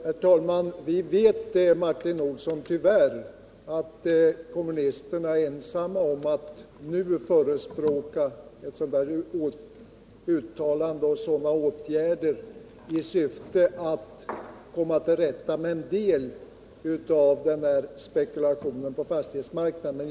Herr talman! Vi vet tyvärr, Martin Olsson, att kommunisterna är ensamma om att nu förespråka ett sådant uttalande och åtgärder i syfte att komma till rätta med åtminstone en del av spekulationerna på fastighetsmarknaden.